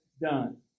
done